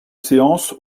séance